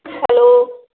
hello